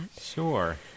Sure